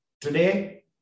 Today